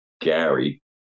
Gary